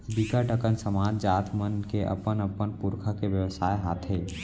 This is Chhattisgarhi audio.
बिकट अकन समाज, जात मन के अपन अपन पुरखा के बेवसाय हाथे